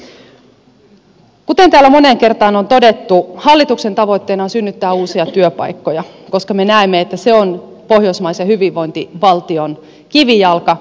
kuten täällä moneen kertaan on todettu hallituksen tavoitteena on synnyttää uusia työpaikkoja koska me näemme että se on pohjoismaisen hyvinvointivaltion kivijalka